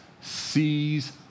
sees